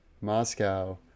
Moscow